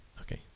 Okay